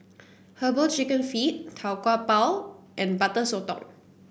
herbal chicken feet Tau Kwa Pau and Butter Sotong